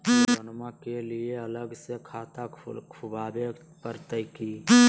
लोनमा के लिए अलग से खाता खुवाबे प्रतय की?